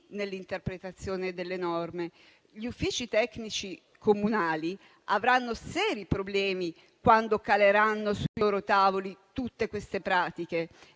nell'interpretazione delle norme. Gli uffici tecnici comunali avranno seri problemi quando caleranno sui loro tavoli tutte queste pratiche.